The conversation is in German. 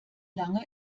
lange